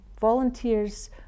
volunteers